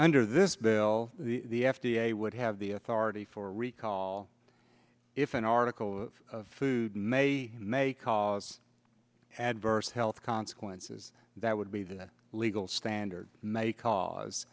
under this bill the f d a would have the authority for recall if an article of food may may cause adverse health consequences that would be the legal standard may cause